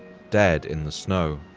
dead in the snow.